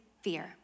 fear